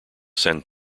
san